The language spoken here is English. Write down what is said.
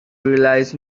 relies